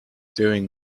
doing